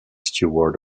steward